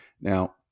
Now